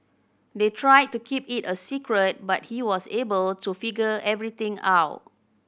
they tried to keep it a secret but he was able to figure everything out